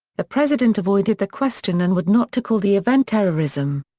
the president avoided the question and would not to call the event terrorism.